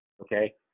okay